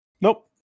nope